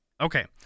Okay